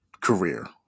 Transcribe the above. Career